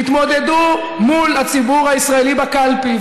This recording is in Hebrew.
תתמודדו מול הציבור הישראלי בקלפי,